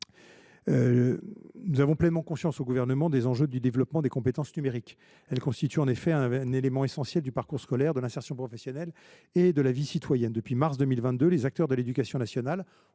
a pleinement conscience des enjeux du développement des compétences numériques. Elles constituent en effet un élément essentiel du parcours scolaire, de l’insertion professionnelle et de la vie citoyenne. Depuis mars 2022, les acteurs de l’éducation nationale ont